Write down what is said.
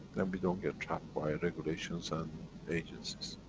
then we don't get trapped by regulations and agencies.